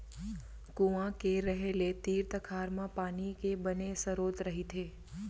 कुँआ के रहें ले तीर तखार म पानी के बने सरोत रहिथे